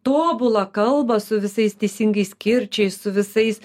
tobulą kalbą su visais teisingais kirčiais su visais